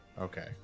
Okay